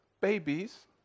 babies